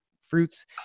fruits